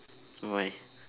why